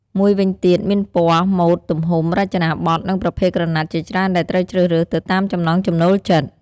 មួយវិញទៀតមានពណ៌ ម៉ូត ទំហំ រចនាបថ និងប្រភេទក្រណាត់ជាច្រើនដែលត្រូវជ្រើសរើសទៅតាមចំណង់ចំណូលចិត្ត។